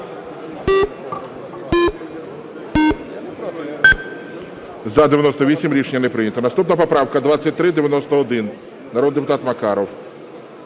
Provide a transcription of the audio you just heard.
За-93 Рішення не прийнято. Наступна поправка 2591, народного депутата Макарова.